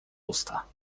usta